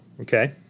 Okay